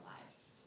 lives